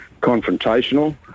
confrontational